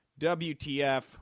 WTF